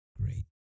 great